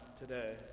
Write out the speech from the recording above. today